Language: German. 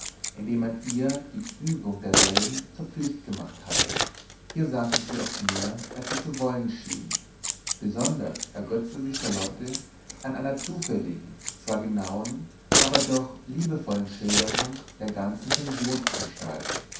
indem man ihr die übung derselben zur pflicht gemacht hatte hier sagte sie oft mehr als sie zu wollen schien besonders ergetzte sich charlotte an einer zufälligen zwar genauen aber doch liebevollen schilderung der ganzen